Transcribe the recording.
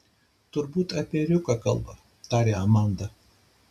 turbūt apie ėriuką kalba tarė amanda